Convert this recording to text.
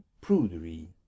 prudery